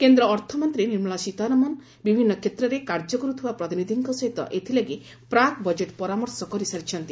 କେନ୍ଦ୍ର ଅର୍ଥମନ୍ତ୍ରୀ ନିର୍ମଳା ସୀତାରମଣ ବିଭିନ୍ନ କ୍ଷେତ୍ରରେ କାର୍ଯ୍ୟ କରୁଥି ବା ପ୍ରତିନିଧିଙ୍କ ସହିତ ଏଥିଲାଗି ପ୍ରାକ୍ ବଜେଟ୍ ପରାମର୍ଶ କରିସାରିଛନ୍ତି